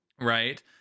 right